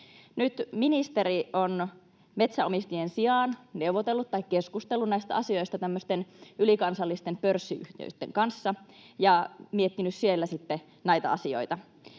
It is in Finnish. Nyt ministeri on metsänomistajien sijaan neuvotellut tai keskustellut näistä asioista ylikansallisten pörssiyhtiöitten kanssa ja miettinyt siellä näitä asioita.